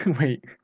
Wait